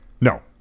No